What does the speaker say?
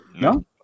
No